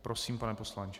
Prosím, pane poslanče.